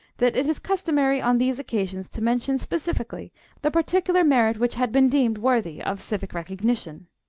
that it is customary on these occasions to mention specifically the particular merit which had been deemed worthy of civic recognition.